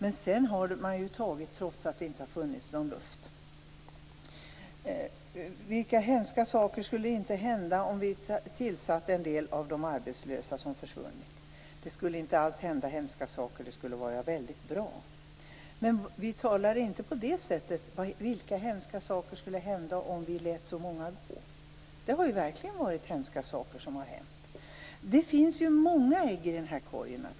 Men sedan har man tagit trots att det inte funnits någon luft. Vilka hemska saker skulle hända om vi tillsatte en del av de arbetslösa som försvunnit? Det skulle inte alls hända hemska saker; det skulle vara väldigt bra. Men vi säger inte så här: Vilka hemska saker skulle hända om vi lät så många gå? Det har ju verkligen varit hemska saker som har hänt. Det finns många ägg i den här korgen.